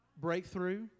Breakthrough